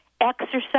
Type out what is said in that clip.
Exercise